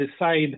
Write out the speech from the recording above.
decide